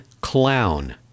clown